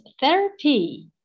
therapy